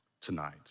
tonight